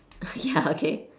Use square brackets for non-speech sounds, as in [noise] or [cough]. [laughs] ya okay